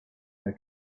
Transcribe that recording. her